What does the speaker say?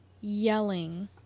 yelling